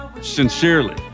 sincerely